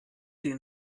den